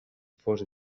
fos